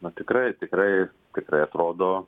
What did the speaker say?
nu tikrai tikrai tikrai atrodo